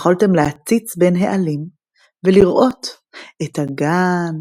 יכלתם להציץ בין העלים ולראות — את הגן,